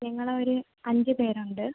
ഞങ്ങളൊരു അഞ്ച് പേരുണ്ട്